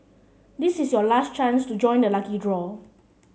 this is your last chance to join the lucky draw